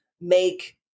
make